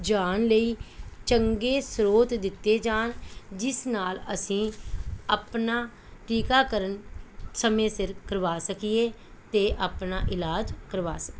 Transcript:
ਜਾਣ ਲਈ ਚੰਗੇ ਸਰੋਤ ਦਿੱਤੇ ਜਾਣ ਜਿਸ ਨਾਲ ਅਸੀਂ ਆਪਣਾ ਟੀਕਾਕਰਨ ਸਮੇਂ ਸਿਰ ਕਰਵਾ ਸਕੀਏ ਅਤੇ ਆਪਣਾ ਇਲਾਜ ਕਰਵਾ ਸਕੀਏ